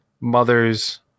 mother's